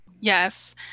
Yes